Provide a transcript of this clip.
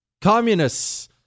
Communists